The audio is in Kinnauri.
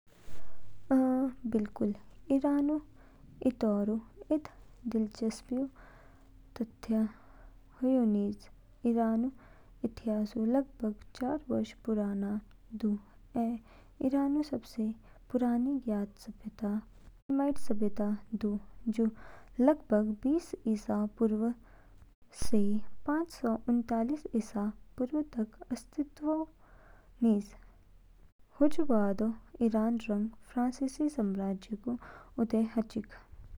अ, बिल्कुल। ईरानऊ इतौर इद दिलचुस्प तथ्य ह्यू निज। ईरानऊ इतिहास लगभग चार हजार वर्ष पुराना दू, ऐ जवा कई प्राचीन सभ्यताओंऊ विकास हाचिद। ईरानऊ सबसे पुरानी ज्ञात सभ्यता एलामाइट सभ्यता दो, जू लगभग बतीस ईसा पुर्व से पांच सौ उनतालीस ईसा पूर्व तक अस्तित्वऊ निज । हजू बादो, ईरान रंग फारसी साम्राज्यऊ उदय हाचिग।